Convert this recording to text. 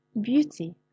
beauty